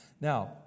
Now